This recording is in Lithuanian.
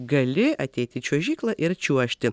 gali ateit į čiuožyklą ir čiuožti